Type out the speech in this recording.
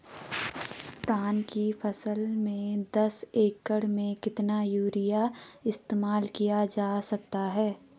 धान की फसल में दस एकड़ में कितना यूरिया इस्तेमाल किया जा सकता है?